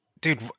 Dude